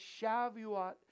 Shavuot